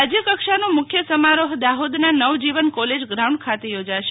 રાજયકક્ષાનો મુખ્ય સમારોહ દાહોદના નવજીવન કોલેજ ગ્રાઉન્ડ ખાતે યોજાશે